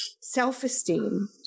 self-esteem